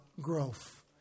growth